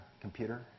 computer